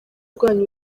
rwanyu